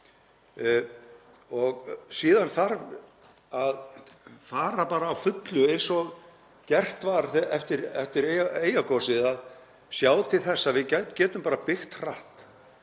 Síðan þarf að fara bara á fullu eins og gert var eftir Eyjagosið og sjá til þess að við getum byggt hratt.